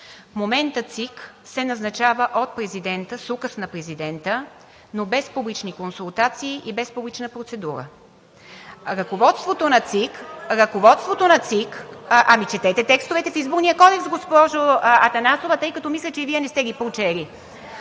момента ЦИК се назначава от президента – с указ на президента, но без публични консултации и без публична процедура. Ръководството на ЦИК… (Шум и реплики от ГЕРБ-СДС.) Ами четете текстовете в Изборния кодекс, госпожо Атанасова, тъй като мисля, че и Вие не сте ги прочели.